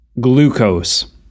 Glucose